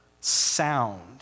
sound